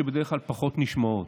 שבדרך כלל פחות נשמעות,